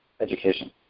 education